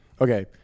Okay